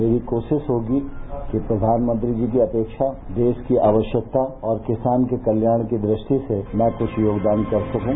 मेरी कोशिश होगी कि प्रधानमंत्री जी अपेक्षा देश की आवश्यकता और किसान के कल्याण की दृष्टि से मैं कुछ योगदान कर सकूं